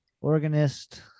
organist